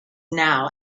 now